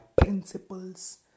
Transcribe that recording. principles